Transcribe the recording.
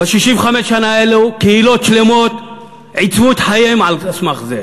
ב-65 השנה האלו קהילות שלמות עיצבו את חייהן על סמך זה,